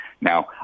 Now